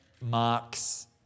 Mark's